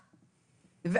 היהודית.